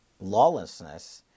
lawlessness